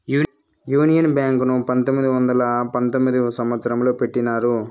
union Bank ను పంతొమ్మిది వందల పంతొమ్మిదవ సంవచ్చరంలో పెట్టినారు